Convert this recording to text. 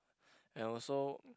and also